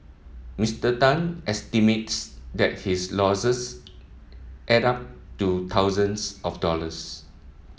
Mister Tan estimates that his losses add up to thousands of dollars